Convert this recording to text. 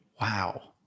Wow